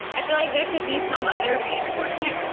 i feel like there should be some other reinforcement,